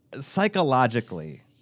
psychologically